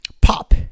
pop